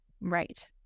Right